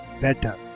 better